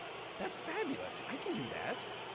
that's fabulous. i can do that,